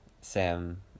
Sam